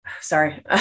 sorry